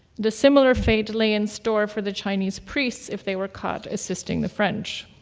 the similar fate lay in store for the chinese priests if they were caught assisting the french.